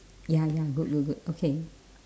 ya ya good good good okay